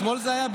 אתמול זה היה?